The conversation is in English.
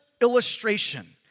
illustration